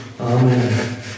Amen